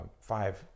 Five